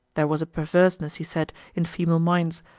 there was a perverseness, he said, in female minds,